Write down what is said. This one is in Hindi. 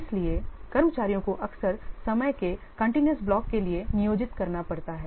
इसलिए कर्मचारियों को अक्सर समय के कंटिन्यूस ब्लॉक के लिए नियोजित करना पड़ता है